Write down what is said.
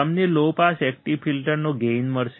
તમને low pass active ફિલ્ટરનો gain મળશે